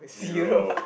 zero